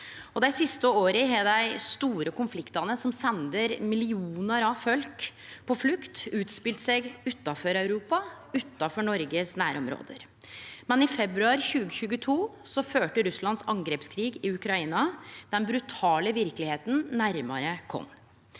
Dei siste åra har dei store konfliktane som sender millionar av folk på flukt, gått føre seg utanfor Europa, utanfor Noregs nærområde. Men i februar 2022 førte Russlands angrepskrig i Ukraina den brutale verkelegheita nærare oss.